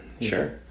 sure